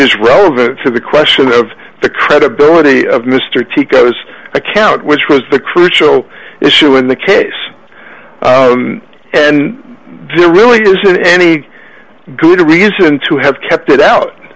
is relevant to the question of the credibility of mr chico's account which was the crucial issue in the case and there really wasn't any good reason to have kept it out